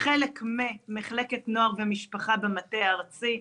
חלק ממחלקת נוער ומשפחה במטה הארצי.